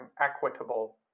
equitable